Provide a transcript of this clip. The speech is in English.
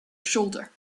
shoulder